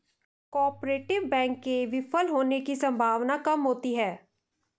cooperative bank के विफल होने की सम्भावना काम होती है